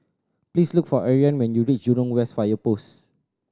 please look for Ariane when you reach Jurong West Fire Post